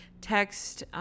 text